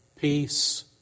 peace